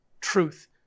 truth